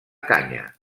canya